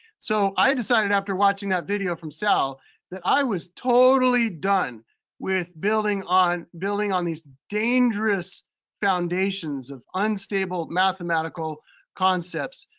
so i had decided after watching that video from sal that i was totally done with building on on these dangerous foundations of unstable mathematical concepts.